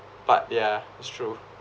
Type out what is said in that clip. but yeah it's true